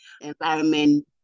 environment